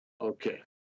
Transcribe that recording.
Okay